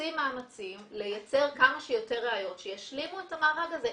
עושים מאמצים לייצר כמה שיותר ראיות שישלימו את המארג הזה.